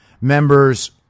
members